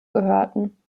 gehörten